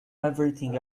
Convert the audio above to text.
everything